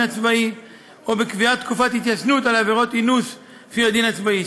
הצבאי או בקביעת תקופת התיישנות על עבירות אינוס לפי הדין הצבאי,